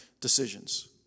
decisions